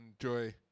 enjoy